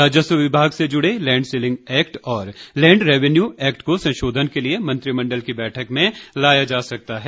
राजस्व विभाग से जुड़े लैंड सीलिंग एक्ट और लैंड रैवन्यू एक्ट को संशोधन के लिए मंत्रिमंडल की बैठक में लाया जा सकता है